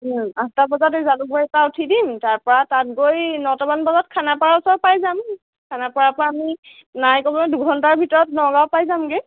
আঠটা বজাতে জালুকবাৰীৰ পৰা উঠি দিম তাৰপৰা তাত গৈ নটা মান বজাত খানাপাৰা ওচৰ পাই যাম খানাপৰাৰ পৰা আমি নাই কমেও দুঘণ্টাৰ ভিতৰত নগাঁও পাই যামগৈ